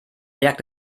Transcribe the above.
merkt